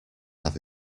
have